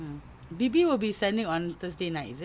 mm baby will be sending on Thursday night is it